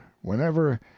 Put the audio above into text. whenever